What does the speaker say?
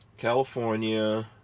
California